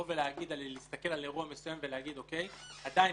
עדיין להסתכל על אירוע מסוים ולהגיד: עדיין